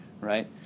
right